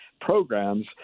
programs